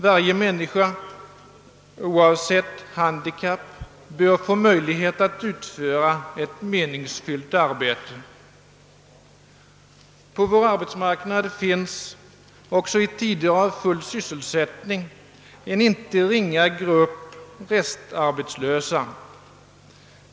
Varje människa bör oavsett handikapp få möjlighet att utföra ett meningsfyllt arbete. På vår arbetsmarknad finns också i tider av full sysselsättning en icke ringa grupp restarbetslösa.